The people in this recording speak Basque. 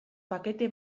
pakete